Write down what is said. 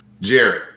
Jerry